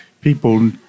people